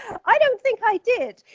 i don't think i did.